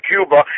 Cuba